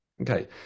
Okay